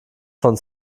von